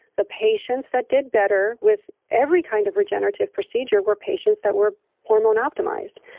the patients that did better with every kind of regenerative procedure were patients that were hormone optimized.